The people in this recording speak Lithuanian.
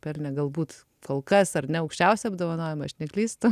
pelnė galbūt kol kas ar ne aukščiausią apdovanojimą aš neklystu